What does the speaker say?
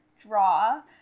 draw